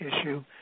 issue